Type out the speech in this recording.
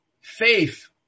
Faith